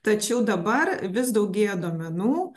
tačiau dabar vis daugėja duomenų